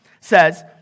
says